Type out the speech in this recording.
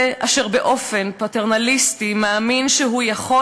זה אשר באופן פטרנליסטי מאמין שהוא יכול